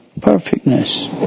perfectness